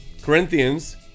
corinthians